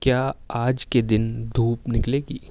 کیا آج کے دن دھوپ نکلے گی